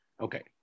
Okay